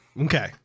Okay